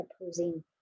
opposing